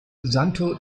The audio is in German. santo